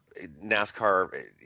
NASCAR